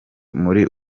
muri